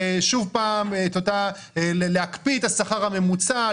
הקפאת השכר הממוצע,